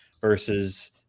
versus